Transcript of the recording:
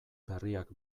berriak